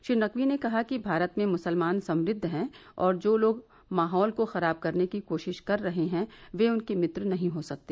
श्री नकवी ने कहा कि भारत में मुसलमान समृद्ध हैं और जो लोग माहौल को खराब करने की कोशिश कर रहे हैं वे उनके मित्र नहीं हो सकते